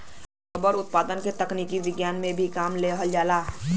rubber उत्पादन क तकनीक विज्ञान में भी काम लिहल जाला